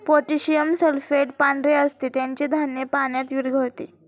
potassium sulphate पांढरे असते ज्याचे धान्य पाण्यात विरघळते